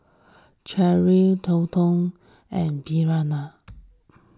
Cherri Treyton and Bertina